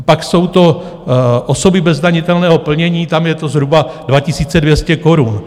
Pak jsou to osoby bez zdanitelného plnění, tam je to zhruba 2 200 korun.